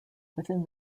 within